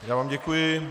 Já vám děkuji.